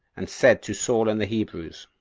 and said to saul and the hebrews,